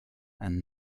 and